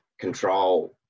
control